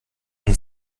und